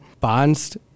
Bonds